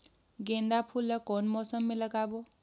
गेंदा फूल ल कौन मौसम मे लगाबो?